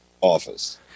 office